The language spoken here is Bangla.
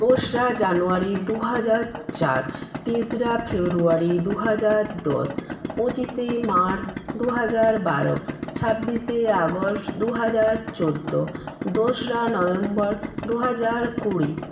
দোসরা জানুয়ারি দু হাজার চার তেসরা ফেব্রুয়ারি দু হাজার দশ পঁচিশে মার্চ দু হাজার বারো ছাব্বিশে আগস্ট দু হাজার চোদ্দো দোসরা নভেম্বর দু হাজার কুড়ি